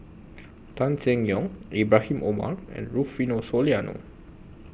Tan Seng Yong Ibrahim Omar and Rufino Soliano